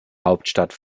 hauptstadt